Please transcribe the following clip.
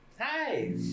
Hi